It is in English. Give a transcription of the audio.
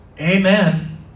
Amen